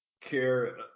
care